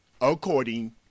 according